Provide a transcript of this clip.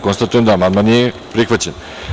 Konstatujem da amandman nije prihvaćen.